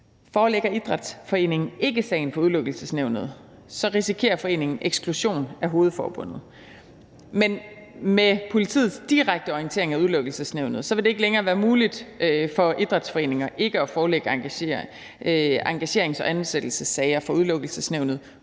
Forelægger idrætsforeningen ikke sagen for Udelukkelsesnævnet, risikerer foreningen eksklusion af hovedforbundet. Men med politiets direkte orientering af Udelukkelsesnævnet vil det ikke længere være muligt for idrætsforeninger ikke at forelægge engagerings- og ansættelsessager for Udelukkelsesnævnet,